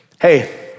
hey